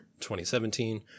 2017